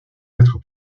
être